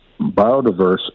biodiverse